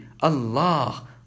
Allah